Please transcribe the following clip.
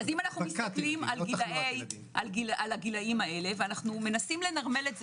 אם מסתכלים על הגילאים האלה ומנסים לנרמל את זה